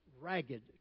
ragged